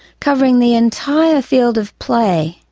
covering the entire field of play.